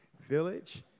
Village